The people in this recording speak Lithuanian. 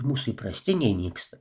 mūsų įprastiniai nyksta